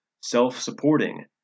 self-supporting